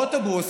אוטובוס,